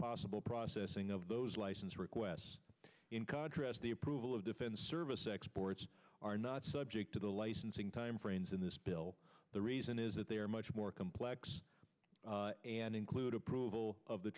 possible processing of those license requests in contrast the approval of defense service exports are not subject to the licensing timeframes in this bill the reason is that they are much more complex and include approval of the